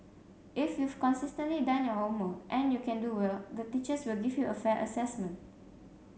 if you've consistently done your homework and you can do well the teachers will give you a fair assessment